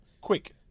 Quick